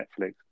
Netflix